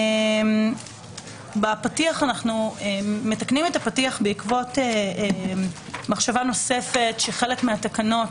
אנחנו מתקנים את הפתיח בעקבות מחשבה נוספת שחלק מהתקנות,